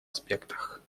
аспектах